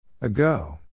Ago